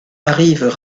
arrivent